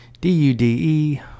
D-U-D-E